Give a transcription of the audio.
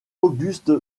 auguste